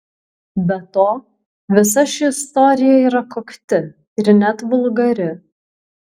be to visa ši istorija yra kokti ir net vulgari